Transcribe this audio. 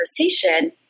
conversation